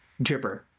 dripper